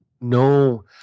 No